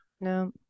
no